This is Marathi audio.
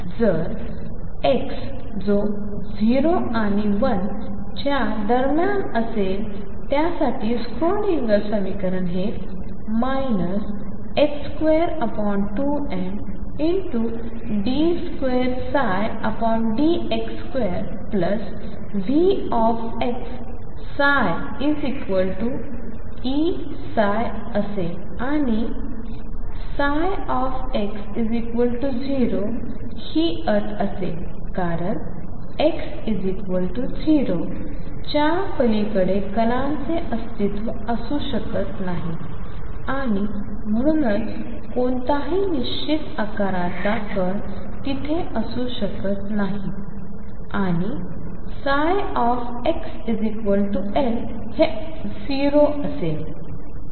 तरxजो 0 आणि l च्या दरम्यान असेल त्यासाठी स्क्रोडिंगर समीकरण हे 22md2dx2VψEψ असेल आणि ψ0 हि अट असेल कारण x 0 च्या पलीकडे कणांचे अस्तित्व असू शकत नाही आणि म्हणूनच कोणताही निश्चित आकाराचा कण तिथे असू शकत नाही आणि ψxL हे 0 असेल